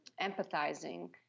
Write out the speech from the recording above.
empathizing